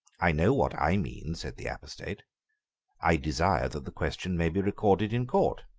i know what i mean, said the apostate i desire that the question may be recorded in court.